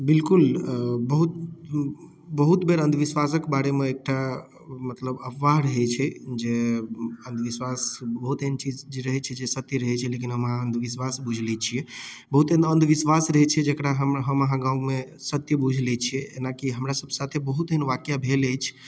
बिलकुल अऽ बहुत बहुत बेर अन्धविश्वासके बारेमे एकटा मतलब अफवाह रहै छै जे अन्धविश्वास बहुत एहन चीज जे रहै छै जे सत्य रहै लेकिन हम अहाँ अन्धविश्वास बुझि लै छिए बहुत एहन अन्धविश्वास रहै छै जकरा हम हम अहाँ गाममे सत्य बुझि लै छिए एनाकि हमरासब साथे बहुत एहन वाक्या भेल अछि